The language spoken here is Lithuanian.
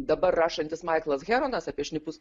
dabar rašantis maiklas heronas apie šnipus